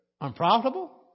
Unprofitable